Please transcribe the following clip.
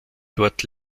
dort